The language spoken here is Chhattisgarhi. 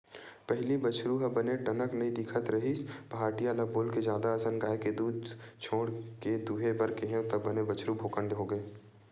पहिली बछरु ह बने टनक नइ दिखत रिहिस पहाटिया ल बोलके जादा असन गाय के दूद छोड़ के दूहे बर केहेंव तब बने बछरु भोकंड होगे